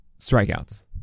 strikeouts